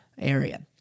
area